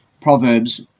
Proverbs